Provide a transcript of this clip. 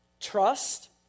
trust